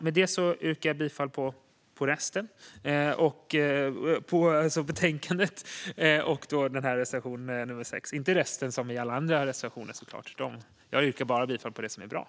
Med detta yrkar jag alltså bifall till reservation 6.